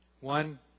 one